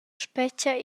spetga